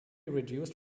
reduced